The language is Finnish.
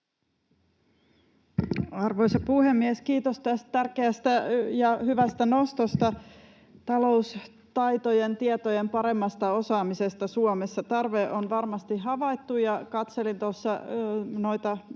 Arvoisa puhemies! Kiitos tästä tärkeästä ja hyvästä nostosta taloustaitojen ja ‑tietojen paremmasta osaamisesta Suomessa. Tarve on varmasti havaittu, ja katselin tuossa noita